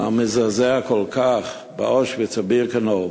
המזעזע כל כך באושוויץ ובירקנאו,